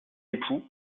époux